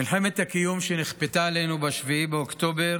מלחמת הקיום שנכפתה עלינו ב-7 באוקטובר